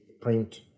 print